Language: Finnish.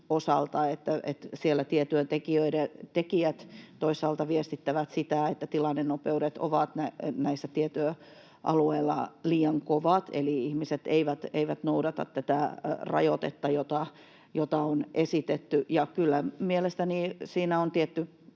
osalta, että siellä tietyöntekijät toisaalta viestittävät siitä, että tilannenopeudet ovat näillä tietyöalueilla liian kovat eli ihmiset eivät noudata tätä rajoitetta, jota on esitetty. Ja kyllä mielestäni siinä on tietty